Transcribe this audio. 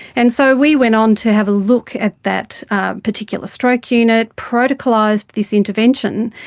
and so we went on to have a look at that particular stroke unit, protocolised this intervention,